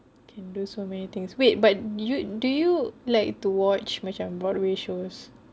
can do so many things wait but you do you like to watch macam broadway shows